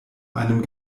einem